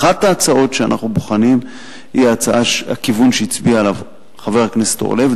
אחת ההצעות שאנחנו בוחנים היא הכיוון שהצביע עליו חבר הכנסת אורלב,